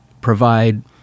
provide